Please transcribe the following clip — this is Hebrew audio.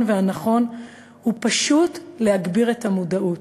והנכון הוא פשוט להגביר את המודעות,